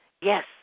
Yes